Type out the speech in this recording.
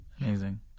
amazing